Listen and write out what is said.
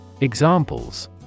Examples